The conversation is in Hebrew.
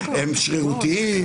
הם שרירותיים,